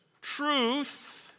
truth